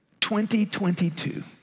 2022